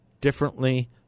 differently